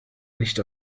nicht